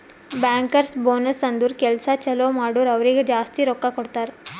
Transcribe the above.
bankers bonus ಅಂದುರ್ ಕೆಲ್ಸಾ ಛಲೋ ಮಾಡುರ್ ಅವ್ರಿಗ ಜಾಸ್ತಿ ರೊಕ್ಕಾ ಕೊಡ್ತಾರ್